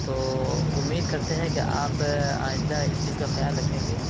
تو امید کرتے ہیں کہ آپ آئندہ اس چیز کا خیال رکھیں گے